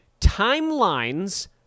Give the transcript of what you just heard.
timelines